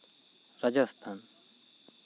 Rajasthan